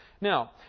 Now